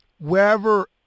wherever